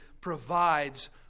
provides